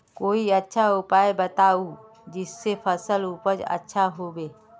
कोई अच्छा उपाय बताऊं जिससे फसल उपज अच्छा होबे